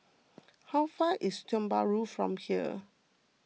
how far is Tiong Bahru from here